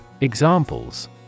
Examples